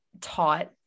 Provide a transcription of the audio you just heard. taught